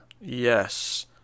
Yes